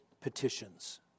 petitions